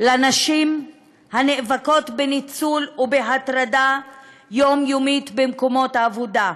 לנשים הנאבקות בניצול ובהטרדה יומיומית במקומות העבודה,